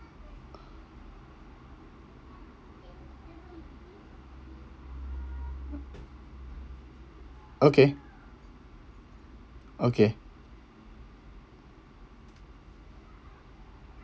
okay okay